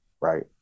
right